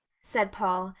said paul,